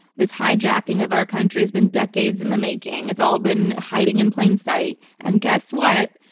this hijacking of our country has been decades in the making, it's all been hiding in plain sight, and guess what?